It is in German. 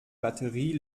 batterie